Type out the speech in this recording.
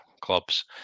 clubs